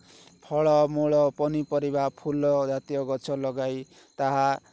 ଫଳ ମୂଳ ପନିପରିବା ଫୁଲ ଜାତୀୟ ଗଛ ଲଗାଇ ତାହା